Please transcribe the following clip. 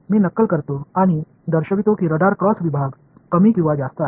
मी नक्कल करतो आणि दर्शवितो की रडार क्रॉस विभाग कमी किंवा जास्त आहे